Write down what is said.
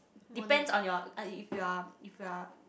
depends on your if you are if you are